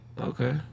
Okay